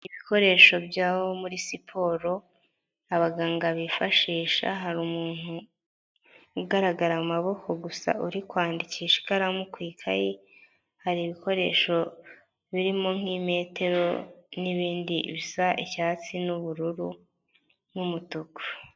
Ibikoresho bya muri siporo abaganga bifashisha, hari umuntu ugaragara amaboko gusa, uri kwandikisha ikaramu ku ikayi, hari ibikoresho birimo nk'imetero, n'ibindi bisa icyatsi n'ubururu, n'umutuku.